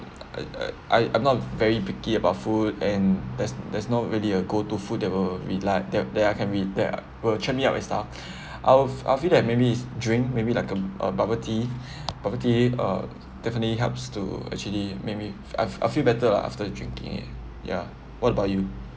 uh I I'm not very picky about food and there's there's no really a go to food that will rely that that I can re~ that will cheer me up and stuff I'll I'll feel that maybe is drink maybe like a a bubble tea bubble tea uh definitely helps to actually maybe I've I've feel better lah after drinking it ya what about you